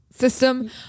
system